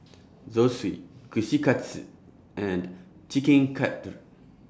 Zosui Kushikatsu and Chicken Cutlet